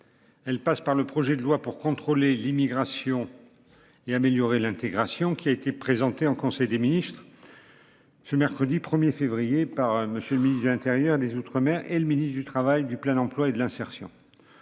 Elle passe par le projet de loi pour contrôler l'immigration. Et améliorer l'intégration qui a été présenté en conseil des ministres. Ce mercredi 1er février par monsieur le ministre de l'intérieur des Outre-Mer et le ministre du Travail, du plein emploi et de l'insertion.